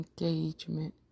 Engagement